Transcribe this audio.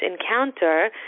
encounter